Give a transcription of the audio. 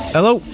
Hello